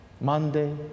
Monday